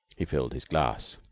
he filled his glass.